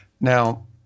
Now